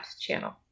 channel